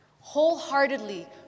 wholeheartedly